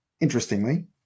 interestingly